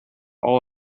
all